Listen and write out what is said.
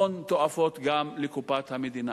הון תועפות גם לקופת המדינה.